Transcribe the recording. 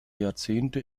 jahrzehnte